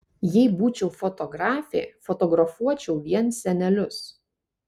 jei būčiau fotografė fotografuočiau vien senelius